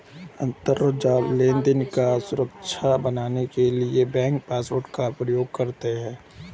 अंतरजाल लेनदेन को सुरक्षित बनाने के लिए बैंक पासवर्ड का प्रयोग करता है